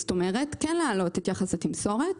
כלומר, כן להעלות את יחס התמסורת.